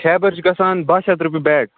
خیبَر چھُ گژھان باہ شیٚتھ رۄپیہِ بیگ